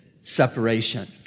separation